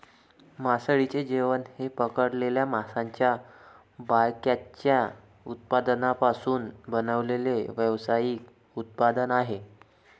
मासळीचे जेवण हे पकडलेल्या माशांच्या बायकॅचच्या उत्पादनांपासून बनवलेले व्यावसायिक उत्पादन आहे